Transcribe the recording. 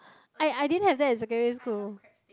I I didn't have that in secondary school